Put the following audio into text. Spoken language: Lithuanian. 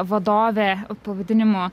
vadovė pavadinimu